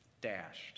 dashed